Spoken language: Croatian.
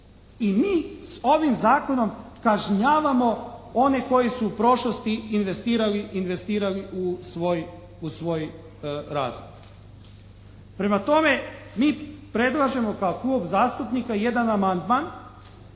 I mi s ovim zakonom kažnjavamo one koji su u prošlosti investirali u svoj razvoj. Prema tome, mi predlažemo kao klub zastupnika jedan amandman,